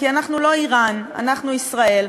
כי אנחנו לא איראן, אנחנו ישראל.